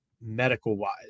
medical-wise